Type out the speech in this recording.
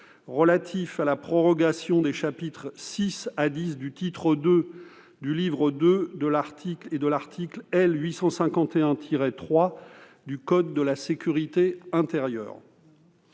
relatif à la prorogation des chapitres VI à X du titre II du livre II et de l'article L. 851-3 du code de la sécurité intérieure